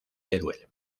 teruel